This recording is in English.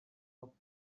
off